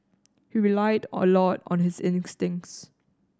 he relied a lot on his instincts